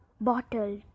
bottle